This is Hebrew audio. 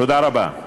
תודה רבה.